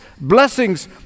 blessings